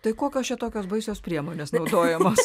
tai kokios čia tokios baisios priemonės naudojamos